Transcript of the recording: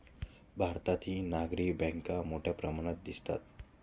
भारतातही नागरी बँका मोठ्या प्रमाणात दिसतात